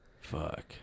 fuck